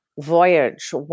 voyage